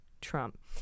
Trump